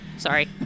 sorry